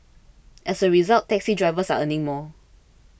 as a result taxi drivers are earning more